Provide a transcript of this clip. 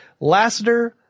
Lasseter